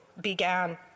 began